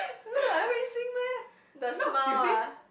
look like Hui-Xin meh the smile ah